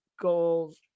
goals